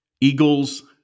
Eagles